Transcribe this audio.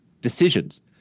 decisions